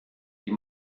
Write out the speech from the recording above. die